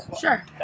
Sure